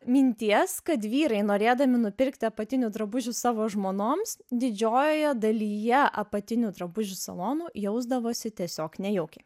minties kad vyrai norėdami nupirkti apatinių drabužių savo žmonoms didžiojoje dalyje apatinių drabužių salonų jausdavosi tiesiog nejaukiai